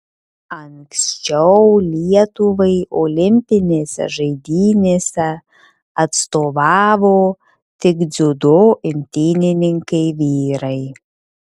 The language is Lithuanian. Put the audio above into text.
anksčiau lietuvai olimpinėse žaidynėse atstovavo tik dziudo imtynininkai vyrai